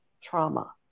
trauma